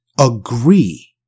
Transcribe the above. Agree